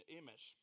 image